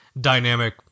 dynamic